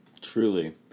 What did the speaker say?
Truly